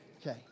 Okay